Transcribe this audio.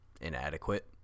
inadequate